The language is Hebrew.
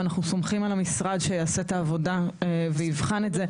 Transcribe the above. ואנחנו סומכים על המשרד שיעשה את העבודה ויבחן את זה.